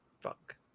fuck